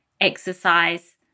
exercise